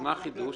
ההגדרה